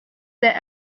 that